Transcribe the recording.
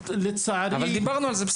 אבל דיברנו על זה וזה